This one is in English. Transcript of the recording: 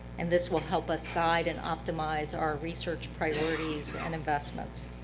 and this will help us guide and optimize our research priorities and investments.